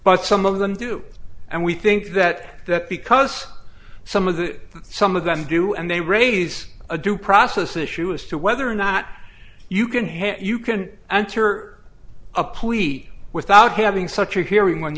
but some of them do and we think that that because some of the some of them do and they raise a due process issue as to whether or not you can hit you can enter a plea without having such a hearing